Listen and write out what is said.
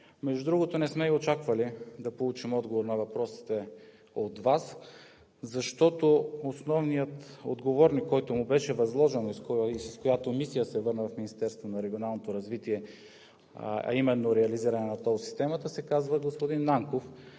Между другото, не сме и очаквали да получим отговори на въпросите от Вас, защото основният отговорник, на който му беше възложено и с която мисия се върна в Министерството на регионалното развитие, а именно реализиране на тол системата, се казва господин Нанков,